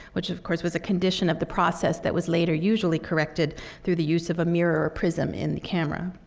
which of course was a condition of the process that was later usually corrected through the use of a mirror or a prism in the camera.